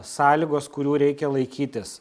sąlygos kurių reikia laikytis